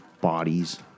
bodies